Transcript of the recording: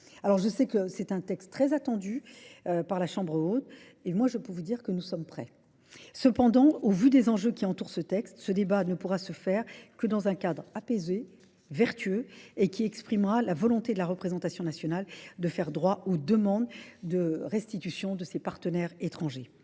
je sais que c'est un texte très attendu par la Chambre haute et moi je peux vous dire que nous sommes prêts. Cependant, au vu des enjeux qui entourent ce texte, ce débat ne pourra se faire que dans un cadre apaisé, vertueux et qui exprimera la volonté de la représentation nationale de faire droit aux demandes de restitution de ses partenaires étrangers.